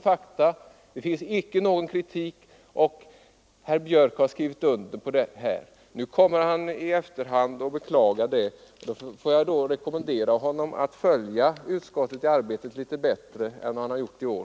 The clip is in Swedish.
Ingen kritik har framförts, och herr Björck har skrivit under utskottsbetänkandet. Nu kommer han i efterhand och beklagar det. Får jag rekommendera honom att följa utskottsarbetet litet bättre än han har gjort i år?